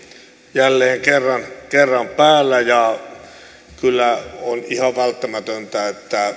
jälleen kerran kerran päällä kyllä on ihan välttämätöntä niin kuin